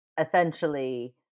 essentially